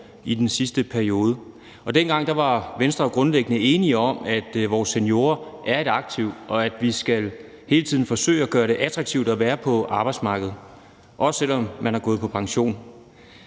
i den sidste periode. Dengang var Venstre jo grundlæggende enige i, at vores seniorer er et aktiv, og at vi hele tiden skal forsøge at gøre det attraktivt at være på arbejdsmarkedet, også selv om man er gået på pension.